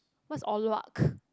what's Or-Lua